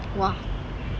!wah!